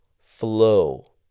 flow